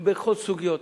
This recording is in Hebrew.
בכל הסוגיות,